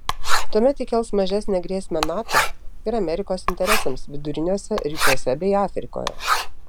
tuomet ji kels mažesnę grėsmę nato ir amerikos interesams viduriniuose rytuose bei afrikoje